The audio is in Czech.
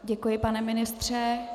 Děkuji, pane ministře.